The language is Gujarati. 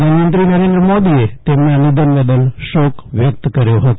પ્રધાનમંત્રી નરેન્દ્ર મોદીએ તેમના નિધન બદલ શોક વ્યક્ત કર્યો હતો